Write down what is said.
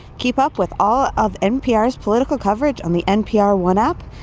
keep up with all of npr's political coverage on the npr one app,